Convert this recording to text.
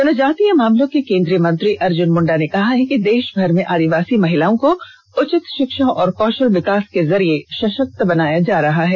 जनजातीय मामलों के केन्द्रीय मंत्री अर्जुन मुण्डा ने कहा है कि देष भर में आदिवासी महिलाओं को उचित षिक्षा और कौषल विकास के जरिये सषक्त बनाया जा रहा है